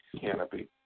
canopy